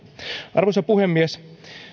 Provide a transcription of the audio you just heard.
arvoisa puhemies